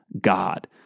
God